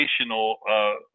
educational